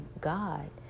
God